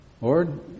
Lord